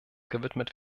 gewidmet